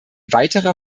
weiterer